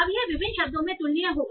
अब यह विभिन्न शब्दों में तुलनीय होगा